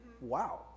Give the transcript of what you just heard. wow